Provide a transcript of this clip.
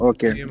Okay